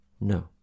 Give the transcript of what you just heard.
No